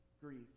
grieve